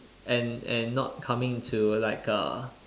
and and not coming to like a